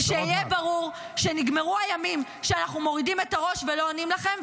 ושהיה ברור שנגמרו הימים שאנחנו מורידים את הראש ולא עונים לכם.